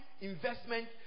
investment